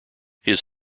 his